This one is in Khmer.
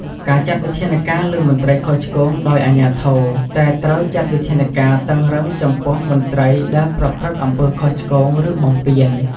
ការចាត់វិធានការលើមន្ត្រីខុសឆ្គងដោយអាជ្ញាធរតែត្រូវចាត់វិធានការតឹងរ៉ឹងចំពោះមន្ត្រីដែលប្រព្រឹត្តអំពើខុសឆ្គង ឬបំពាន។